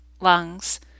lungs